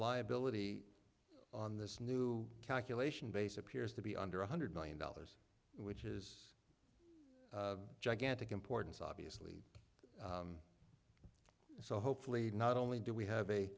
liability on this new calculation base appears to be under one hundred million dollars which is gigantic importance obviously so hopefully not only do we have a